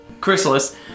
Chrysalis